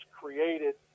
created